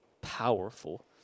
powerful